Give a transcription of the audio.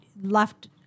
left